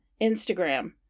Instagram